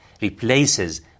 replaces